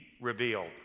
revealed